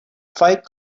fight